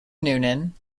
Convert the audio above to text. noonan